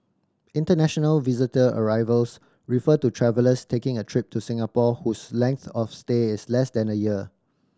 international visitor arrivals refer to travellers taking a trip to Singapore whose length of stay is less than a year